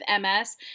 MS